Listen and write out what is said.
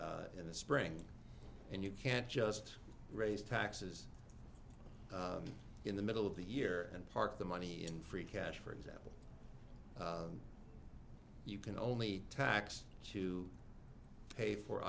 in the spring and you can't just raise taxes in the middle of the year and park the money in free cash for example you can only tax to pay for